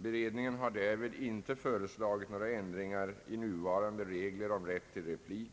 Beredningen har därvid inte föreslagit några ändringar i nuvarande regler om rätt till replik